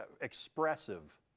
expressive